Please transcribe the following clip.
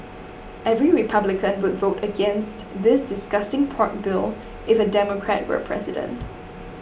every Republican would vote against this disgusting pork bill if a Democrat were president